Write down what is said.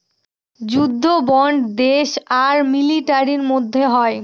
যুদ্ধ বন্ড দেশ আর মিলিটারির মধ্যে হয়